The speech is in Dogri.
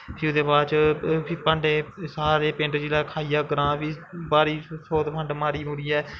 फ्ही ओह्दे बाद च फ्ही भांडे सारे पिंड जिसलै खाइयै बी ब्हारी सोत फंड मारी मुरियै